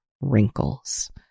wrinkles